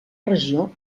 regió